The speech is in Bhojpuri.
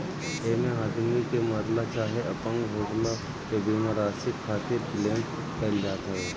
एमे आदमी के मरला चाहे अपंग होखला पे बीमा राशि खातिर क्लेम कईल जात हवे